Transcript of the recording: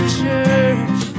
church